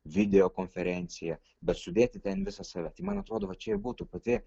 video konferencija bet sudėti ten visą save tai man atrodo va čia būtų pati